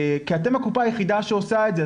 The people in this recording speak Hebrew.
כי אתם הקופה היחידה שעושה את זה.